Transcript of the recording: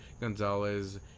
Gonzalez